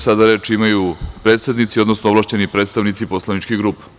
Sada reč imaju predsednici, odnosno ovlašćeni predstavnici poslaničkih grupa.